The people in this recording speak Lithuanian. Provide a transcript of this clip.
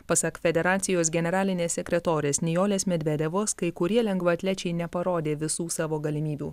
pasak federacijos generalinės sekretorės nijolės medvedevos kai kurie lengvaatlečiai neparodė visų savo galimybių